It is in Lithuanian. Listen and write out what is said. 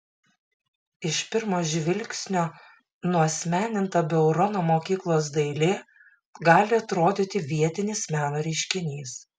iš pirmo žvilgsnio nuasmeninta beurono mokyklos dailė gali atrodyti vietinis meno reiškinys